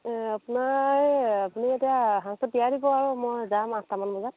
আপোনাৰ আপুনি এতিয়া সাজটো তিয়াই দিব আৰু মই যাম আঠটামান বজাত